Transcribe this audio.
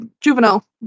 Juvenile